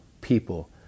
people